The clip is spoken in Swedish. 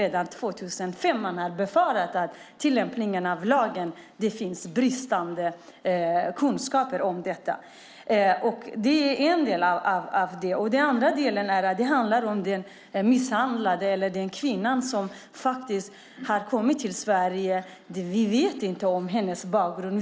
Redan 2005 befarade man, enligt utskottet, att det fanns bristande kunskap i tillämpningen av lagen. Det är den ena delen. Den andra delen handlar om den kvinna som kommit till Sverige. Vi vet inget om hennes bakgrund.